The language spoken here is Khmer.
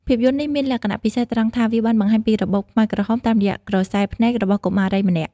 ភាពយន្តនេះមានលក្ខណៈពិសេសត្រង់ថា វាបានបង្ហាញពីរបបខ្មែរក្រហមតាមរយៈក្រសែភ្នែករបស់កុមារីម្នាក់។